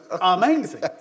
amazing